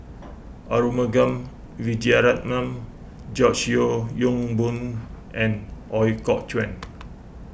Arumugam Vijiaratnam George Yeo Yong Boon and Ooi Kok Chuen